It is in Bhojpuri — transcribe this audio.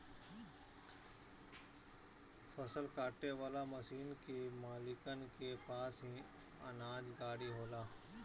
फसल काटे वाला मशीन के मालिकन के पास ही अनाज गाड़ी होला